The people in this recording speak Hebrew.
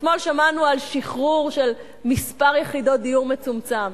אתמול שמענו על שחרור של מספר יחידות דיור מצומצם.